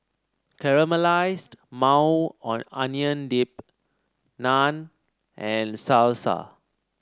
Caramelized Maui Onion Dip Naan and Salsa